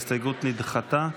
ההסתייגות נדחתה.